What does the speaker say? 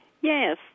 Yes